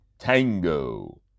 Tango